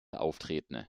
auftreten